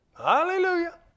Hallelujah